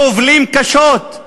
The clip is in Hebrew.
וסובלים קשות.